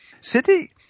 City